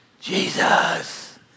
Jesus